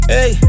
Hey